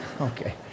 Okay